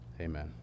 amen